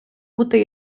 бути